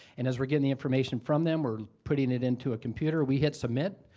and as we're getting the information from them, we're putting it into a computer, we hit submit,